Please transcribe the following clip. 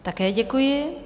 Také děkuji.